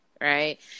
right